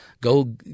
Go